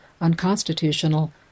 unconstitutional